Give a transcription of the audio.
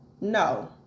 no